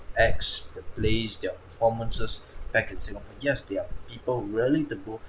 acts the plays their performances back in singapore yes there are people who ready to go